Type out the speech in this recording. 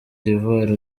d’ivoire